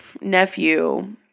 nephew